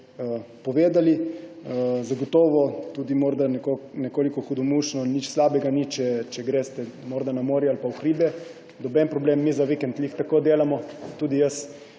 povedali. Zagotovo tudi nekoliko hudomušno, nič slabega ni, če greste na morje ali v hribe, noben problem ni, za vikend prav tako delamo, tudi jaz.